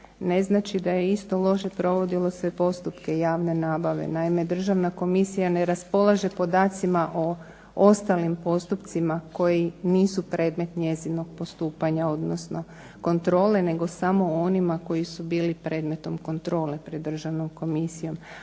ne znači da je isto loše provodilo se postupke javne nabave. Naime, Državna komisija ne raspolaže podacima o ostalim postupcima koji nisu predmet njezinog postupanja odnosno kontrole, nego samo o onima koji su bili predmetom kontrole pred Državnom komisijom.